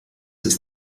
ist